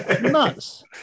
Nuts